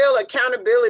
accountability